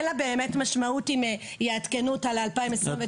אין לה באמת משמעות אם יעדכנו אותה ל-2029 או ל-2030.